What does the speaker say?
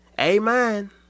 amen